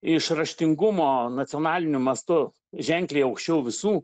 iš raštingumo nacionaliniu mastu ženkliai aukščiau visų